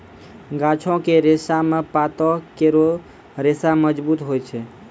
गाछो क रेशा म पातो केरो रेशा मजबूत होय छै